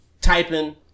typing